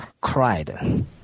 cried